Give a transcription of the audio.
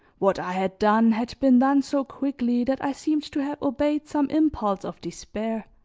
what i had done had been done so quickly that i seemed to have obeyed some impulse of despair.